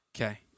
Okay